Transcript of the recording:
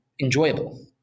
enjoyable